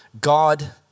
God